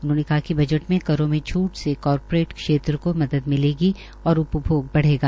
उन्होंने कहा कि बजट में करों में छूट से कारपोरेट क्षेत्र को मदद मिलेगी और उपभोग बढ़ेगा